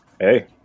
hey